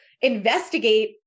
investigate